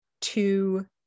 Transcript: two